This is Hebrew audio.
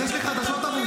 אז יש לי חדשות בעבורך,